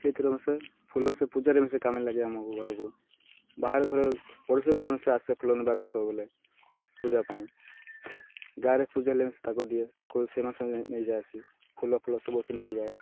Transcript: ସେଇଥିରେ ମିଶେ ଫୁଲ ମିଶେ ପୂଜାରେ ମିଶେ କାମ ଲାଗେ ଆମକୁ ଘରକୁ ବାହାରେ ଘର ପଡ଼ୋଶୀ ଘର ମିଶା ଆସେ ଫୁଲ ନେବାକୁ ସବୁବେଳେ ପୂଜା ପାଇଁ ଗାଁରେ ପୂଜା ହେଲେ ମିଶେ ତାକୁ ଦିଏ ତାକୁ ସେମାନେ ସେ ନେଇଯାଏ ଆସି ଫୁଲ ଫୁଲ ସବୁ ଆସି ନେଇଯାଏ